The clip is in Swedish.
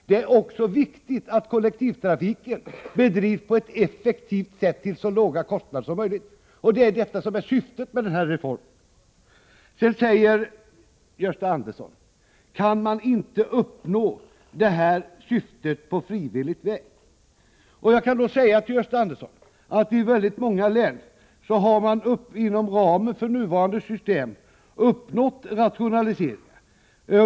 Det är också viktigt att kollektivtrafiken bedrivs på ett effektivt sätt, till så låga kostnader som möjligt. Det är det som är syftet med den här reformen. Kan man inte uppnå det syftet på frivillig väg, frågade Gösta Andersson. Jag kan då till Gösta Andersson säga att man i många län har uppnått rationaliseringar inom ramen för nuvarande system.